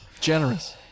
Generous